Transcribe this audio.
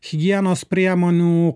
higienos priemonių